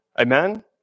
Amen